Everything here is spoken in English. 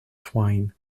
twine